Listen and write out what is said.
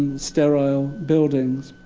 sterile buildings.